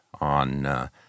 on